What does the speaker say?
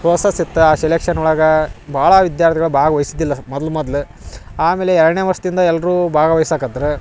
process ಇತ್ತ ಆ selection ಒಳಗಾ ಭಾಳ ವಿದ್ಯಾರ್ಥಿಗಳು ಭಾಗ್ವಹಿಸಿದ್ದಿಲ್ಲ ಮದ್ಲು ಮದ್ಲು ಆಮೇಲೆ ಎರಡನೇ ವರ್ಷ್ದಿಂದ ಎಲ್ಲರು ಭಾಗ್ವಹಿಸಕದ್ರ